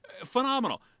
Phenomenal